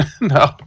No